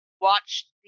watched